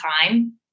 time